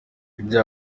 ibya